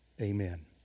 Amen